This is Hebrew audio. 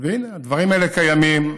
והינה, הדברים האלה קיימים.